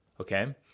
Okay